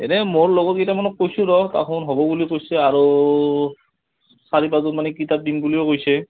এনেই মোৰ লগত কেইটামানক কৈছোঁ ৰহ্ কাখন হ'ব বুলি কৈছে আৰু চাৰি পাঁছজনমানে কিতাপ দিম বুলিও কৈছে